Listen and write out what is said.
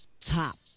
top